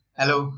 hello